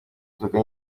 inzoga